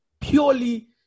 purely